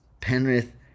Penrith